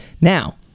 Now